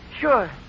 Sure